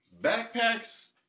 Backpacks